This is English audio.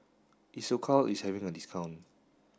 Isocal is having a discount